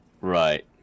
Right